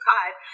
God